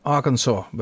Arkansas